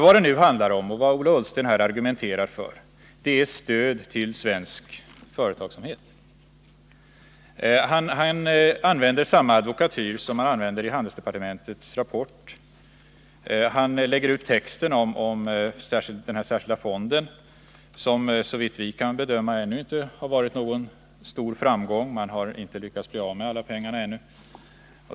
Vad det nu handlar om och vad Ola Ullsten argumenterar för är ju stöd till svensk företagsamhet. Han använder samma advokatyr som man använder i handelsdepartementets rapport. Han lägger ut texten om den här särskilda fonden som, såvitt vi kan bedöma, ännu inte varit någon större framgång. Man har ännu inte lyckats bli av med alla pengarna.